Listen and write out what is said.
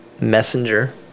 messenger